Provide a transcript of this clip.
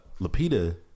Lapita